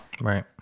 Right